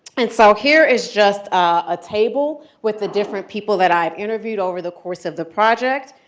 and so here is just a table with the different people that i've interviewed over the course of the project.